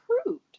approved